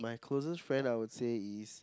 closest friend I would say is